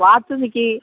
வாத்து நிக்கி